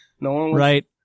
Right